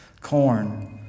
corn